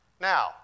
Now